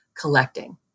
collecting